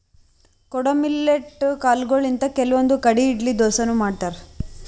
ಕೊಡೊ ಮಿಲ್ಲೆಟ್ ಕಾಲ್ಗೊಳಿಂತ್ ಕೆಲವಂದ್ ಕಡಿ ಇಡ್ಲಿ ದೋಸಾನು ಮಾಡ್ತಾರ್